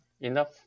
Enough